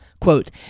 Quote